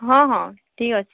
ହଁ ହଁ ଠିକ୍ ଅଛେ